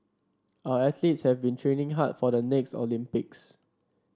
our athletes have been training hard for the next Olympics